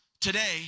today